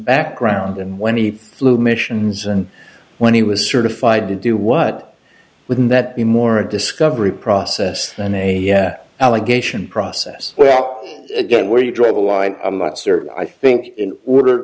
background and when he flew missions and when he was certified to do what wouldn't that be more a discovery process than a allegation process play out again where you draw the line i'm not certain i think in order